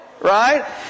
right